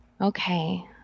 Okay